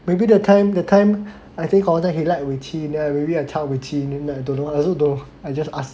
maybe that time that time I think orh he like Ru Tin then maybe I tell Ru Tin I also don't know I just ask